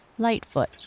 Lightfoot